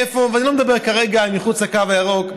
ואני לא מדבר כרגע על מחוץ לקו הירוק,